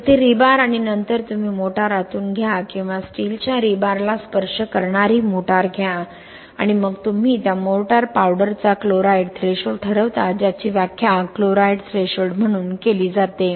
तेथे रीबार आणि नंतर तुम्ही मोटर आतून घ्या किंवा स्टीलच्या रीबारला स्पर्श करणारी मोटर घ्या आणि मग तुम्ही त्या मोर्टार पावडरचा क्लोराईड थ्रेशोल्ड ठरवता ज्याची व्याख्या क्लोराईड थ्रेशोल्ड म्हणून केली जाते